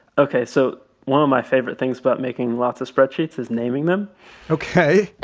ok. so one of my favorite things about making lots of spreadsheets is naming them ok